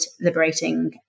liberating